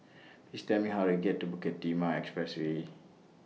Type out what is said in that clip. Please Tell Me How to get to Bukit Timah Expressway